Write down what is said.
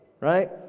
Right